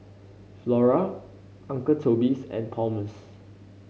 Flora Uncle Toby's and Palmer's